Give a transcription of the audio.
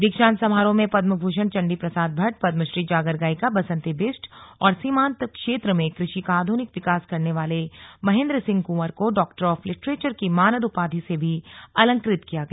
दीक्षांत समारोह में पद्मभूषण चंडी प्रसाद भद्द पद्मश्री जागर गायिका बसंती बिष्ट और सीमांत क्षेत्र में क्रषि का आध्निक विकास करने वाले महेंद्र सिंह कुंवर को डॉक्टर ऑफ लिटरेचर की मानद उपाधि से भी अलंकृत किया गया